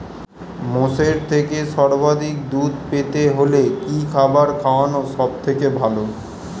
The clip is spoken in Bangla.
মোষের থেকে সর্বাধিক দুধ পেতে হলে কি খাবার খাওয়ানো সবথেকে ভালো?